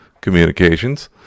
communications